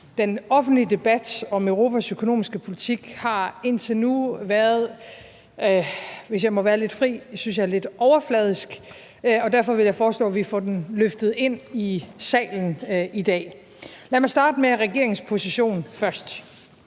Den offentlige debat om Europas økonomiske politik synes jeg indtil nu har været, hvis jeg må være lidt fri, lidt overfladisk. Derfor vil jeg foreslå, at vi får den løftet ind i salen i dag. Lad mig starte med regeringens position først.